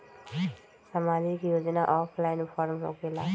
समाजिक योजना offline form होकेला?